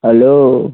hello